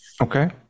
Okay